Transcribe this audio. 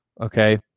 okay